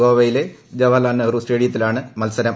ഗോവയിലെ ജവഹർലാൽ നെഹ്റു സ്റ്റേഡിയത്തിലാണ് മത്സരം